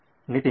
ನಿತಿನ್ ಸರಿ